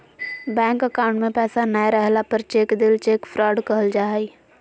bank account में पैसा नय रहला पर चेक देल चेक फ्रॉड कहल जा हइ